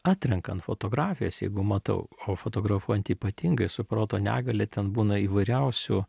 atrenkant fotografijas jeigu matau o fotografuojant ypatingai su proto negalia ten būna įvairiausių